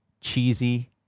cheesy